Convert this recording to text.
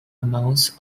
amounts